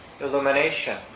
illumination